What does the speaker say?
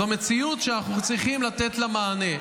זו מציאות שאנחנו צריכים לתת לה מענה,